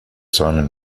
simon